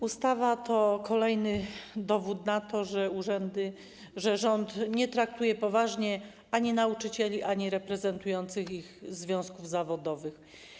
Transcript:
Ustawa to kolejny dowód na to, że rząd nie traktuje poważnie ani nauczycieli, ani reprezentujących ich związków zawodowych.